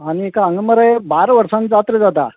आनीक हांगा मरे बारा वर्सांनी जात्र जाता